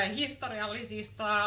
historiallisista